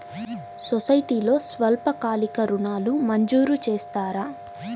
సొసైటీలో స్వల్పకాలిక ఋణాలు మంజూరు చేస్తారా?